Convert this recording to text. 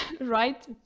right